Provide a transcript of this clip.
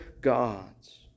gods